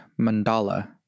Mandala